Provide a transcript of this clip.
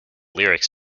lyrics